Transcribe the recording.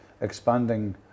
expanding